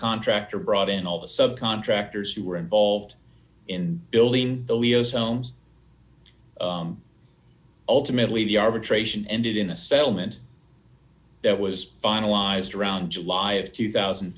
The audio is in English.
contractor brought in all the sub contractors who were involved in building the leo's homes ultimately the arbitration ended in a settlement that was finalized around july of two thousand